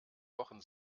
wochen